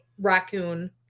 raccoon